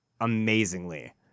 amazingly